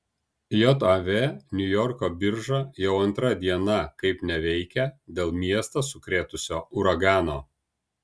jav niujorko birža jau antra diena kaip neveikia dėl miestą sukrėtusio uragano